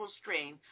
strain